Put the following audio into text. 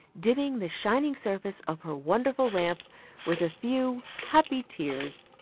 dimming the shining surface of her wonderful lamp with a few happy tears.